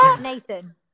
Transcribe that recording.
Nathan